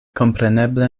kompreneble